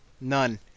None